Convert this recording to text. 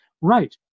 Right